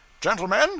Gentlemen